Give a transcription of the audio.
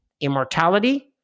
immortality